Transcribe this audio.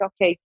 okay